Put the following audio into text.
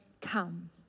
come